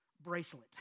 bracelet